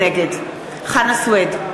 נגד חנא סוייד,